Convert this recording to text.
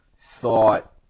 thought